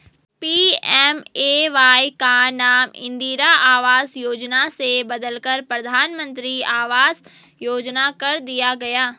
PMAY का नाम इंदिरा आवास योजना से बदलकर प्रधानमंत्री आवास योजना कर दिया गया